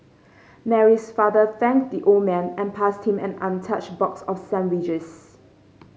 Mary's father thanked the old man and passed him an untouched box of sandwiches